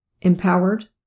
empowered